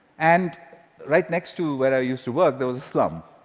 and right next to where i used to work, there was a slum.